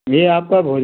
जी आपका भोजन